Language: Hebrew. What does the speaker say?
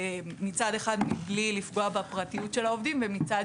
מצד אחד בלי לפגוע בפרטיות של העובדים ומצד